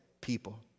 people